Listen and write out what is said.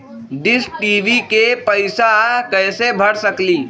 Dish TV के पैईसा कईसे भर सकली?